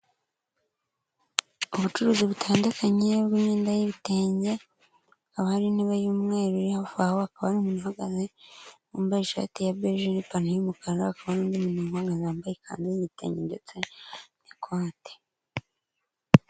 Ubucuruzi butandukanye bw'imyenda y'ibitenge hakaba hari intebe y'umweru aho akaba ari umuntu uhagaze wambaye ishati ya bege n'ipantaro y'umukara n'undi muntu uhagaze wambaye ikanzu y'igitenge ndetse n'ikote.